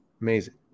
Amazing